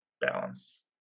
balance